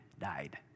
died